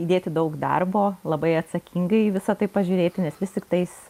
įdėti daug darbo labai atsakingai visą tai pažiūrėti nes vis tiktais